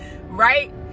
right